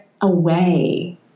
away